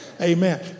Amen